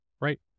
right